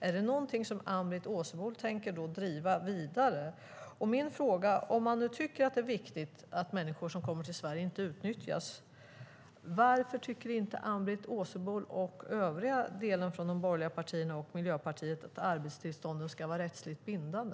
Är det någonting som Ann-Britt Åsebol tänker driva vidare? Om man nu tycker att det är viktigt att människor som kommer till Sverige inte utnyttjas undrar jag: Varför tycker inte Ann-Britt Åsebol och övriga från de borgerliga partierna och Miljöpartiet att arbetstillstånden ska vara rättsligt bindande?